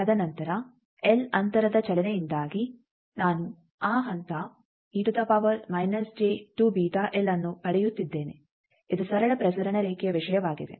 ತದನಂತರ ಎಲ್ ಅಂತರದ ಚಲನೆಯಿಂದಾಗಿ ನಾನು ಆ ಹಂತ ಅನ್ನು ಪಡೆಯುತ್ತಿದ್ದೇನೆ ಇದು ಸರಳ ಪ್ರಸರಣ ರೇಖೆಯ ವಿಷಯವಾಗಿದೆ